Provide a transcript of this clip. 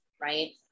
right